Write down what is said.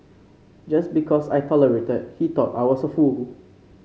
just because I tolerated he thought I was a fool